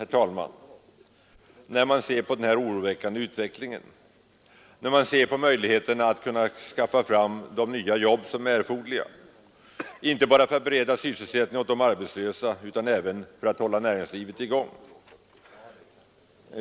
Utvecklingen är oroväckande när det gäller möjligheterna att skaffa fram de nya jobb som är erforderliga, inte bara för att bereda sysselsättning åt de arbetslösa utan även för att hålla näringslivet i gång.